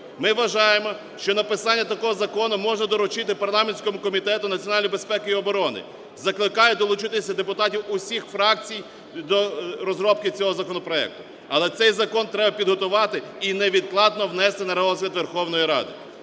Ми вважаємо, що написання такого закону можна доручити парламентському Комітету національної безпеки і оборони. Закликаю долучитися депутатів усіх фракцій до розробки цього законопроекту. Але цей закон треба підготувати і невідкладно внести на розгляд Верховної Ради.